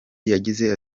yagize